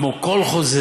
כמו כל חוזר,